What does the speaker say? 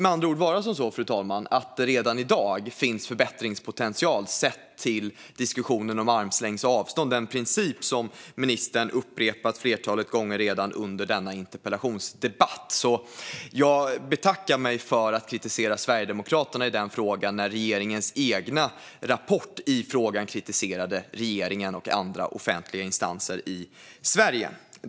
Redan i dag tycks det alltså finnas förbättringspotential sett till diskussionen om armlängds avstånd, den princip som ministern redan upprepat ett flertal gånger under denna interpellationsdebatt. Jag betackar mig alltså för kritik mot Sverigedemokraterna i den frågan, när regeringens egen rapport i frågan kritiserade regeringen och andra offentliga instanser i Sverige.